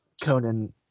Conan